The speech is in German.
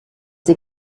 sie